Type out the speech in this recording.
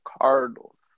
Cardinals